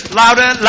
louder